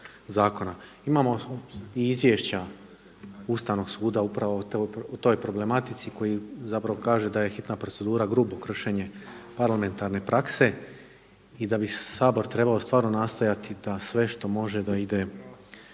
Imamo i izvješća Ustavnog suda upravo o toj problematici koji zapravo kaže da je hitna procedura grubo kršenje parlamentarne prakse i da bi Sabor trebao stvarno nastojati da sve što može da ide